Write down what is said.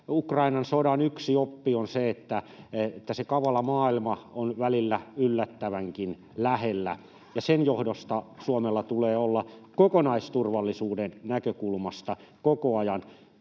Ukrainan sodan oppi on se, että se kavala maailma on välillä yllättävänkin lähellä, ja sen johdosta Suomella tulee olla kokonaisturvallisuuden näkökulmasta koko ajan